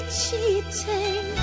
cheating